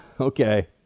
Okay